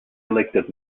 elected